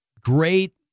great